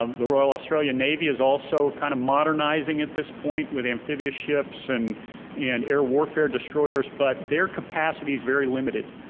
um the royal australian navy is also kind of modernizing at this point with amphibious ships and and air warfare destroyers, but their capacity's very limited.